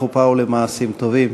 לחופה ולמעשים טובים.